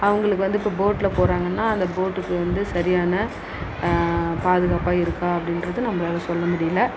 அவர்களுக்கு வந்து இப்போ போட்டில் போகிறாங்கன்னா அந்த போட்டுக்கு வந்து சரியான பாதுகாப்பாக இருக்கா அப்படின்றது நம்மளால சொல்ல முடியல